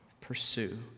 pursue